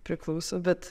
priklauso bet